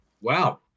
Wow